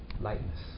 lightness